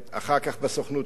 בסוכנות היהודית.